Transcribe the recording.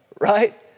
right